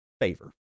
favor